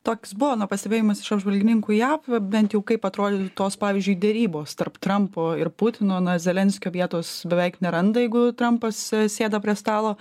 toks buvo na pastebėjimas iš apžvalgininkų jav bent jau kaip atrodytų tos pavyzdžiui derybos tarp trampo ir putino na zelenskio vietos beveik neranda jeigu trampas sėda prie stalo